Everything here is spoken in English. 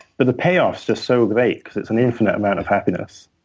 but the payoff's just so great because it's an infinite amount of happiness.